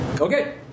Okay